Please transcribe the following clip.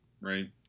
right